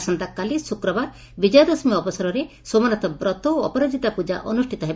ଆସନ୍ତାକାଲି ଶୁକ୍ରବାର ବିଜୟା ଦଶମୀ ଅବସରରେ ସୋମନାଥ ବ୍ରତ ଓ ଅପରାଜିତା ପ୍ କା ଅନୁଷ୍ଠିତ ହେବ